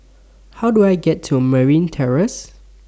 How Do I get to Merryn Terrace